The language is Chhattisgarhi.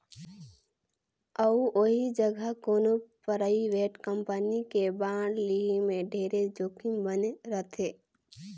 अउ ओही जघा कोनो परइवेट कंपनी के बांड लेहे में ढेरे जोखिम बने रथे